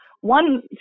one